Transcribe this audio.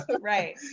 right